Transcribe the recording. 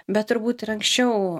bet turbūt ir anksčiau